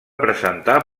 presentar